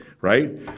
right